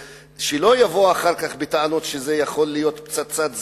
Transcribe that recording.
שלא יבואו אחר כך בטענות שזה יכול להיות פצצת זמן.